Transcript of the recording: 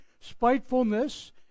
spitefulness